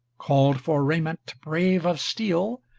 called for raiment brave of steel,